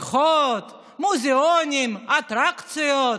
את חופי הים, הבריכות, מוזיאונים, אטרקציות,